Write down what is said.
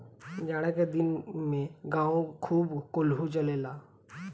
जाड़ा के दिन में गांवे खूब कोल्हू चलेला